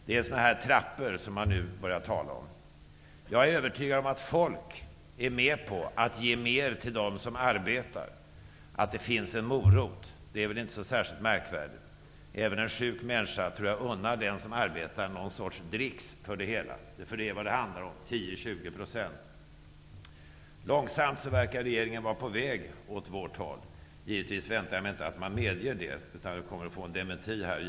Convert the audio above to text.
Det är sådana här trappor som man nu börjar tala om. Jag är övertygad om att folk är med på att ge mer till dem som arbetar, att det finns en morot. Det är väl inte så särskilt märkvärdigt. Även en sjuk människa, tror jag, unnar den som arbetar något slags dricks för det -- 10--20% är vad det handlar om. Långsamt verkar regeringen vara på väg åt vårt håll. Givetvis väntar jag mig inte att man medger det. Vi kommer förmodligen att få en dementi här.